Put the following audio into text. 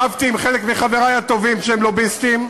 רבתי עם חלק מחברי הטובים שהם לוביסטים,